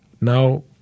now